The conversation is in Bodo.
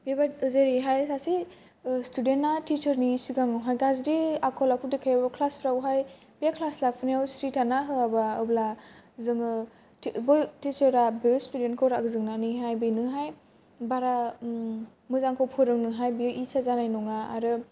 बेबादि जेरैहाय सासे स्टुदेन्टया टिचारनि सिगां आव हाय गाज्रि आखल आखु देखायो क्लास फ्राव हाय बे क्लास लाफु नायाव सिरि थाना होयाबा अब्ला टिचारा बे स्टुदेन्द खौ राग जोंना हाय बिजों हाय बारा मोजांखौ फोरोंनो हाय बे इसा जानाय नङा आरो